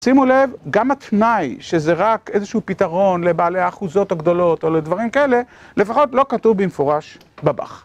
שימו לב, גם התנאי שזה רק איזשהו פתרון לבעלי האחוזות הגדולות או לדברים כאלה, לפחות לא כתוב במפורש בבח.